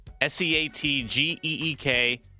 s-e-a-t-g-e-e-k